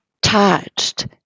touched